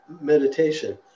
meditation